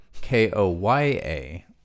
K-O-Y-A